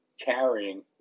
carrying